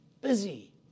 Busy